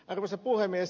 arvoisa puhemies